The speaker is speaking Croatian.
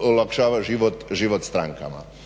olakšava život strankama.